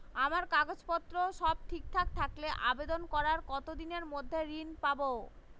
আমার কাগজ পত্র সব ঠিকঠাক থাকলে আবেদন করার কতদিনের মধ্যে ঋণ পাব?